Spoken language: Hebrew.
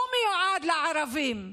הוא מיועד לערבים.